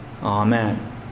Amen